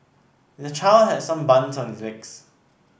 the child has some burns on his legs